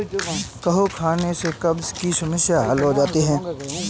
कद्दू खाने से कब्ज़ की समस्याए हल होती है